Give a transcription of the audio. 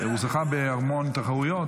הוא זכה בהמון תחרויות.